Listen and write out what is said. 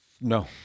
No